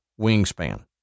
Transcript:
wingspan